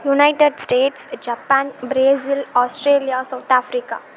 United States Japan Brazil Australia South Africa